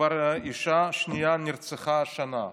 כבר אישה שנייה נרצחה השנה.